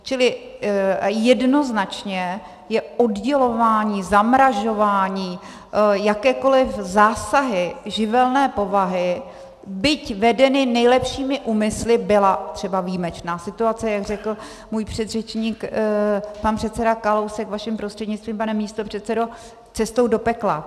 Čili jednoznačně je oddělování, zamražování, jakékoli zásahy živelné povahy, byť vedeny nejlepšími úmysly byla třeba výjimečná situace, jak řekl můj předřečník pan předseda Kalousek vaším prostřednictvím, pane místopředsedo cestou do pekla.